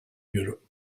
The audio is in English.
europe